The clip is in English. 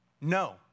No